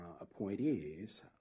appointees